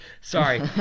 sorry